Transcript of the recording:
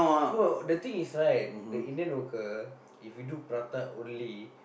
no the thing is right the Indian hawker if you do prata only